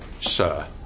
sir